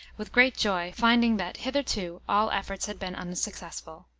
with great joy, finding that hitherto all efforts had been unsuccessful.